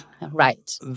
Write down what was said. Right